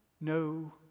no